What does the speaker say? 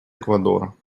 эквадора